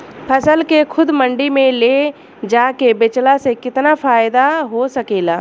फसल के खुद मंडी में ले जाके बेचला से कितना फायदा हो सकेला?